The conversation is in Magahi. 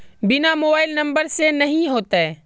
बिना मोबाईल नंबर से नहीं होते?